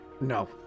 No